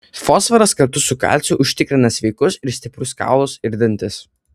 fosforas kartu su kalciu užtikrina sveikus ir stiprius kaulus ir dantis